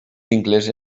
vincles